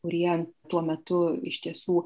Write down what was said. kurie tuo metu iš tiesų